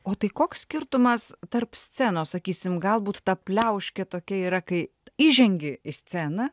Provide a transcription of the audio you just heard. o tai koks skirtumas tarp scenos sakysim galbūt ta pliauškė tokia yra kai įžengi į sceną